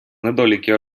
недоліки